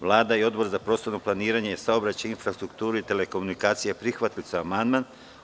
Vlada i Odbor za prostorno planiranje, saobraćaj, infrastrukturu i telekomunikacije prihvatili su amandman.